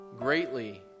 greatly